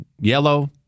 yellow